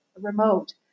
Remote